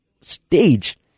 stage